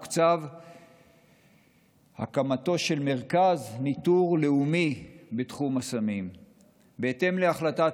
תתוקצב הקמתו של מרכז ניטור לאומי בתחום הסמים בהתאם להחלטת